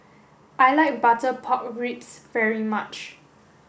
I like butter pork ribs very much